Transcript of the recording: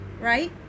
right